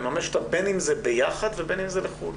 בין אם זה ביחד ובין אם זה לחוד.